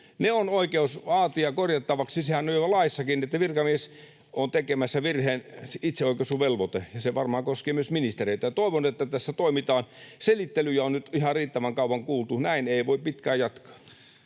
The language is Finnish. Ne on oikeus vaatia korjattavaksi. Sehän on jo laissakin, itseoikaisuvelvoite, jos virkamies on tekemässä virheen, ja se varmaan koskee myös ministereitä. Toivon, että tässä toimitaan. Selittelyjä on nyt ihan riittävän kauan kuultu, ja näin ei voi pitkään jatkaa.